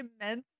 immense